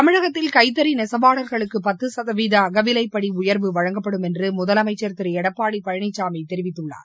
தமிழகத்தில் கைத்தறி நெசவாளர்களுக்கு பத்த சதவீத அகவிவைப்படி உயர்வு வழங்கப்படும் என்று முதலமைச்சர் திரு எடப்பாடி பழனிசாமி தெரிவித்துள்ளார்